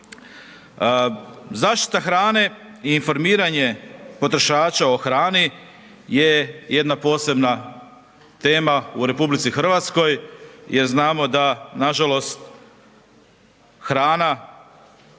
Zaštita hrane i informiranje potrošača o hrani je jedna posebna tema u RH jer znamo da nažalost hrana